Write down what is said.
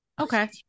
okay